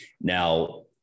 Now